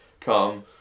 come